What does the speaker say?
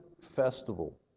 festival